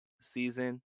season